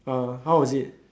uh how was it